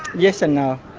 yes and no,